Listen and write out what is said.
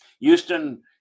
Houston